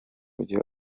byo